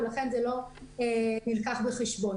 ולכן זה לא נלקח בחשבון.